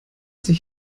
sich